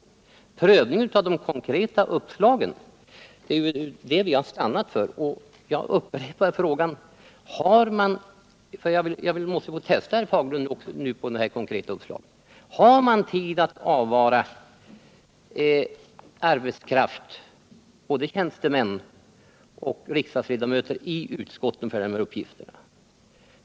Det är prövning av de konkreta uppslagen som vi har stannat för. Och jag upprepar frågan, för jag måste få testa herr Fagerlund när det gäller get här konkreta uppslaget: Har man råd att avvara arbetskraft i utskotten — både tjänstemän och riksdagsledamöter — för de här uppgifterna?